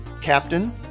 captain